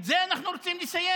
את זה אנחנו רוצים לסיים.